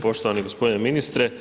Poštovani gospodine ministre.